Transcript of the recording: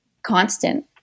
Constant